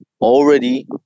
already